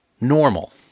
normal